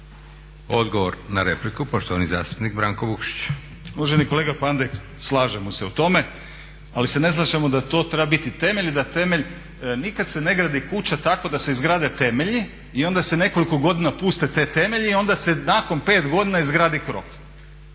Odgovor na repliku, poštovani zastupnik Branko Vukšić. **Vukšić, Branko (Nezavisni)** Uvaženi kolega Pandek slažemo se u tome, ali se ne slažemo da to treba biti temelj i da temelj, nikad se ne gradi kuća tako da se izgrade temelji i onda se nekoliko godina puste ti temelji i onda se nakon 5 godina izgradi krov.